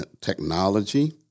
technology